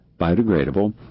biodegradable